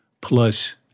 plus